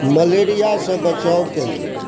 मलेरिआसँ बचावके लेल